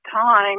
time